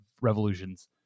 Revolutions